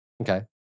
Okay